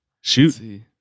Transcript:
Shoot